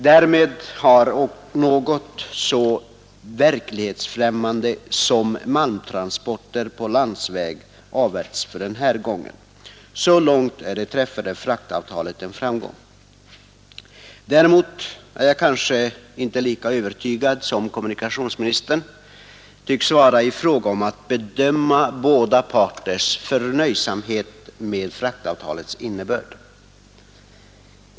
Därmed har något så verklighetsfrämmande som malmtransporter på landsväg avvärjts för denna gång. Så långt är det träffade fraktavtalet en framgång. Däremot är jag kanske inte lika övertygad som kommunikationsministern tycks vara om båda parters förnöjsamhet med fraktavtalets innebörd.